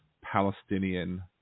Palestinian